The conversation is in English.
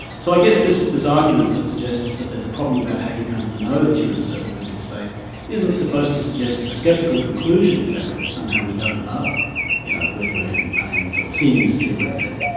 so i guess this this argument that suggests that there's a problem about how you come to know that you're in a certain mental state isn't supposed to suggest the sceptical conclusion exactly, that somehow we don't know you know whether we're having pains or seem to see a red thing.